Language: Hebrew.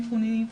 האבחוניים,